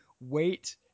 wait